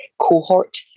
cohort